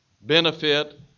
benefit